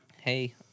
Hey